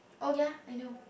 oh ya I know